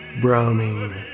Browning